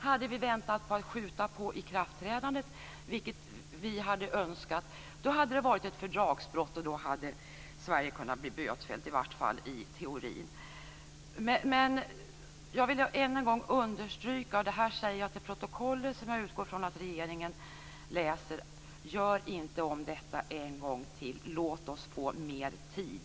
Hade vi väntat och skjutit på ikraftträdandet, vilket vi hade önskat, hade det varit ett fördragsbrott, och Sverige kunde ha blivit bötfällt, i varje fall i teorin. Jag vill än en gång understryka detta, och jag säger det för protokollet, som jag utgår från att regeringen läser: Gör inte om detta en gång till! Låt oss få mer tid!